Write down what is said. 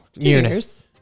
Years